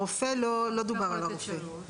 לא דובר על הרופא.